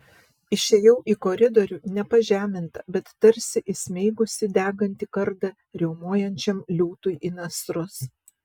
išėjau į koridorių ne pažeminta bet tarsi įsmeigusi degantį kardą riaumojančiam liūtui į nasrus